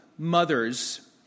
mothers